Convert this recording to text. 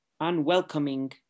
unwelcoming